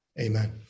Amen